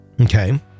Okay